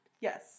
Yes